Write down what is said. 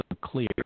clear